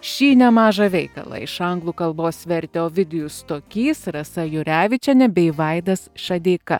šį nemažą veikalą iš anglų kalbos vertė ovidijus stokys rasa jurevičienė bei vaidas šadeika